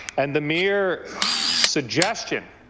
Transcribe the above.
and the mere suggestion